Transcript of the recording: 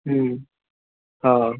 हूँ आओर